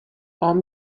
hom